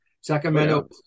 Sacramento